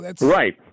Right